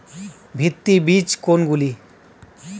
ভিত্তি বীজ কোনগুলি?